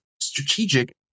strategic